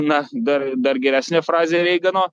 na dar dar geresnė frazė reigano